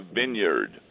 vineyard